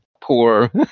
Poor